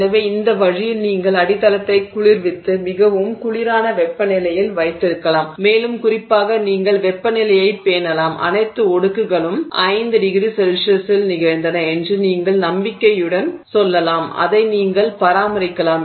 எனவே இந்த வழியில் நீங்கள் அடித்தளத்தைக் குளிர்வித்து மிகவும் குளிரான வெப்பநிலையில் வைத்திருக்கலாம் மேலும் குறிப்பாக நீங்கள் வெப்பநிலையைப் பேணலாம் அனைத்து ஒடுக்கங்களும் 5 ºC ல் நிகழ்ந்தன என்று நீங்கள் நம்பிக்கையுடன் சொல்லலாம் அதை நீங்கள் பராமரிக்கலாம்